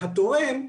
התורם,